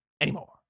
anymore